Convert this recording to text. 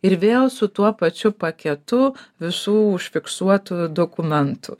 ir vėl su tuo pačiu paketu visų užfiksuotų dokumentų